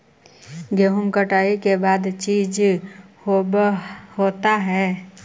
गेहूं कटाई के बाद का चीज होता है?